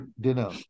dinner